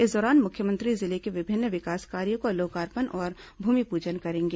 इस दौरान मुख्यमंत्री जिले में विभिन्न विकास कार्यो का लोकार्पण और भूमिपूजन करेंगे